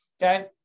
Okay